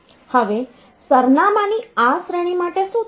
હવે સરનામાની આ શ્રેણી માટે શું થશે